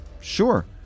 sure